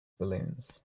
balloons